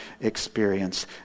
experience